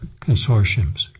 consortiums